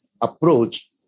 approach